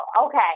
Okay